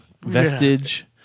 vestige